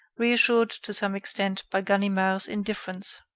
reassured to some extent by ganimard's indifference.